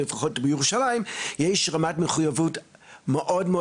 לפחות זה שנמצא בירושלים יש מודעות מאוד מאוד